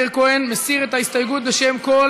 תפסו נא מקומותיכם.